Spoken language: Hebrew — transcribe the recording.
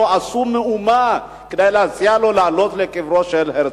לא עשו מאומה כדי להציע לו לעלות לקברו של הרצל.